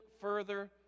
further